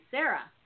Sarah